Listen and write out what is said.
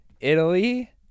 Italy